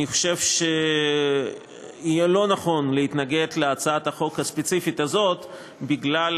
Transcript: אני חושב שיהיה לא נכון להתנגד להצעת החוק הספציפית הזאת בגלל